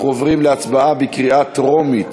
אנחנו עוברים להצבעה בקריאה טרומית